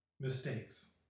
mistakes